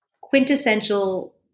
quintessential